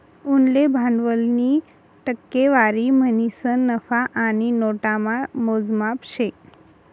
उनले भांडवलनी टक्केवारी म्हणीसन नफा आणि नोटामा मोजमाप शे